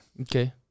Okay